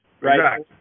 right